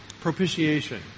propitiation